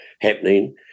happening